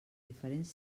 diferents